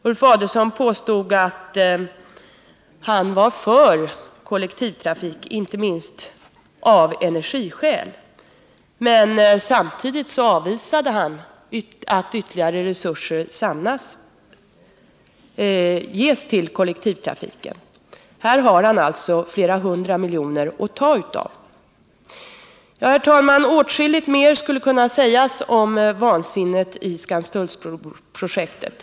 Ulf Adelsohn påstod att han var för kollektivtrafik inte minst av energiskäl, men samtidigt avvisade han tanken att ytterligare resurser ges till kollektivtrafiken. Här har han alltså flera hundra miljoner att ta av. Herr talman! Åtskilligt mer skulle kunna sägas om vansinnet i Skanstullsbroprojektet.